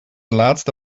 laatste